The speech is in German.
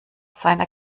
seiner